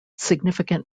significant